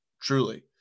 truly